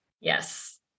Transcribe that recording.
Yes